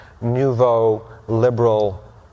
nouveau-liberal